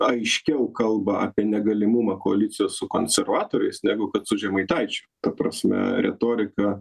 aiškiau kalba apie negalimumą koalicijos su konservatoriais negu kad su žemaitaičiu ta prasme retorika